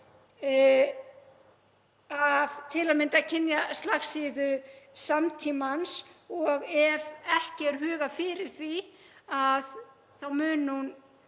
til að mynda kynjaslagsíðu samtímans og ef ekki er hugað að því muni hún